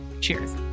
Cheers